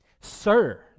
Sir